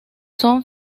son